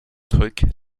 truc